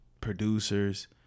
producers